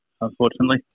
unfortunately